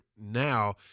now